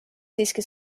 siiski